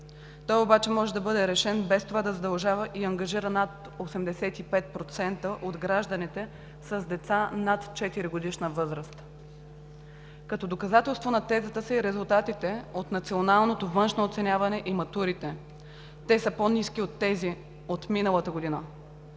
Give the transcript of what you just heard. Той обаче може да бъде решен, без това да задължава и ангажира над 85% от гражданите с деца над 4-годишна възраст. Доказателство на тезата са и резултатите от националното външно оценяване и матурите. Те са по-ниски от тези от миналата година.